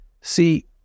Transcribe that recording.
See